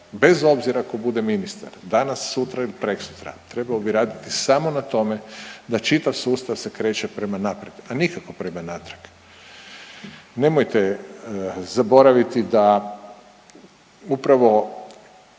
bez obzira tko bude ministar danas, sutra ili preksutra trebao bi raditi samo na tome da čitav sustav se kreće prema naprijed, a nikako prema natrag. Nemojte zaboraviti da upravo